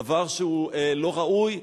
דבר שהוא לא ראוי,